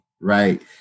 right